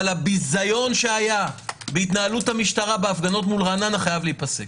אבל הביזיון שהיה בהתנהלות המשטרה בהפגנות ברעננה חייב להיפסק.